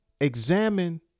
examine